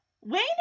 Wayne